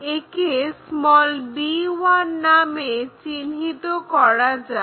একে b1 নামে অভিহিত করা যাক